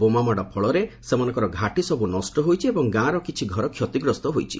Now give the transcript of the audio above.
ବୋମାମାଡ଼ ଫଳରେ ସେମୋନଙ୍କର ଘାଟି ସବୁ ନଷ୍ଟ ହୋଇଛି ଏବଂ ଗାଁର କିଛି ଘର କ୍ଷତିଗ୍ରସ୍ତ ହୋଇଛି